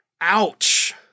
Ouch